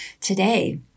today